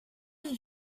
did